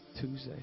Tuesday